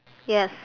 yes